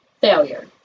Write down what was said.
failure